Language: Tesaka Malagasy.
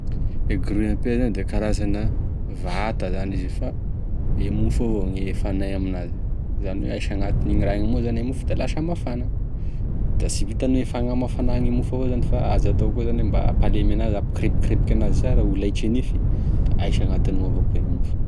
E grille pain zany da karazana vata zany izy io fa e mofo evao e gny hafanay aminazy, izany hoe ahisy agnatiny raha igny amign'ao zany e mofo da lasa mafana, da sy vitan'e fagnamafanany mofo evao fa aza atao koa zany e mampalemy enazy tsara mba hampikirepikirepiky enazy tsara mba ho laitr'e nify da ahisy amignao avao koa i mofo.